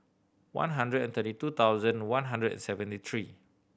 one hundred and thirty two thousand one hundred and seventy three